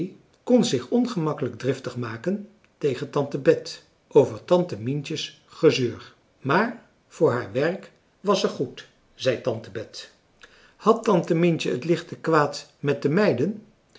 kon zich ongemakkelijk driftig maken tegen tante bet over tante mientje's gezeur maar voor haar werk was ze goed zei tante bet had tante mientje het licht te kwaad met de meiden